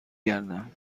گردم